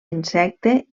insecte